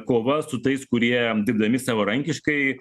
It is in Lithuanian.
kova su tais kurie dirbdami savarankiškai